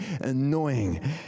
annoying